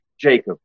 Jacob